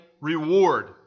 reward